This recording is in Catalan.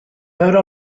veure